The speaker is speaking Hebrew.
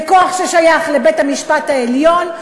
זה כוח ששייך לבית-המשפט העליון,